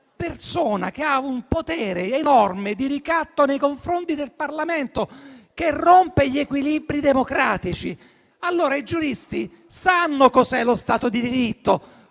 figura che ha un enorme potere di ricatto nei confronti del Parlamento e rompe gli equilibri democratici. I giuristi sanno cos'è lo Stato di diritto.